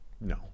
No